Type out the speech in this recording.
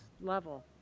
level